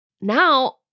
Now